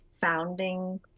founding